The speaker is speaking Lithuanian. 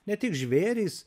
ne tik žvėrys